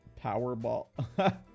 powerball